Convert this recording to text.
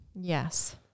Yes